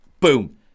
Boom